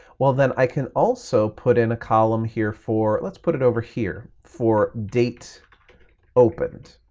well, then i can also put in a column here for, let's put it over here, for date opened.